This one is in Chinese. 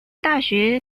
大学